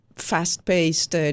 Fast-paced